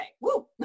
Woo